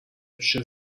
پیش